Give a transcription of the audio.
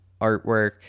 artwork